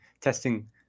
testing